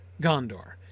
Gondor